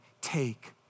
Take